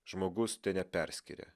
žmogus teneperskiria